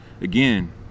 again